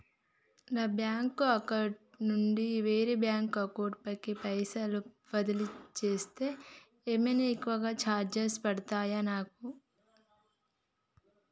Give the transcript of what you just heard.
నా bank account నుండి వేరే బ్యాంక్ అకౌంట్ కి పైసల్ బదిలీ చేస్తే ఏమైనా ఎక్కువ చార్జెస్ పడ్తయా నాకు?